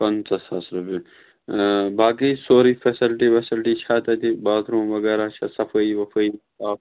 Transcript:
پَنٛژاہ ساس رۄپیہِ باقٕے سورُے فٮ۪سَلٹی وٮ۪سَلٹی چھا تَتہِ باتھ روٗم وَغیرہ چھےٚ صفیٲی وَفٲیی